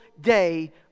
day